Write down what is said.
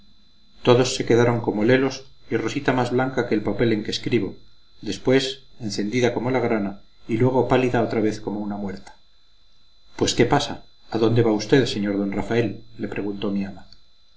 todos se quedaron como lelos y rosita más blanca que el papel en que escribo después encendida como la grana y luego pálida otra vez como una muerta pues qué pasa a dónde va usted señor d rafael le preguntó mi ama